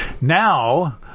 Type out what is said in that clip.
Now